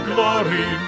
Glory